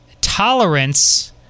tolerance